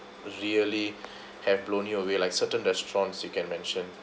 really have blown you away like certain restaurants you can mention